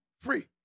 free